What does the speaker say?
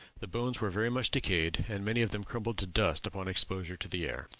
the bones were very much decayed, and many of them crumbled to dust upon exposure to the air.